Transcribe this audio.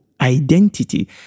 identity